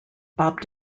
bob